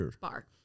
Bar